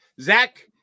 Zach